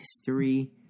history